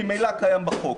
ממילא קיים בחוק.